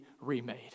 remade